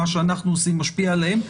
מה שאנחנו עושים משפיע עליהן,